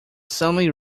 suddenly